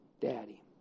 daddy